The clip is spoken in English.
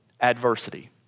adversity